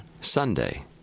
Sunday